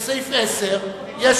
לסעיף 10, הצבעה אלקטרונית.